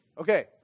Okay